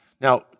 Now